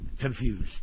confused